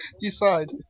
decide